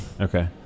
Okay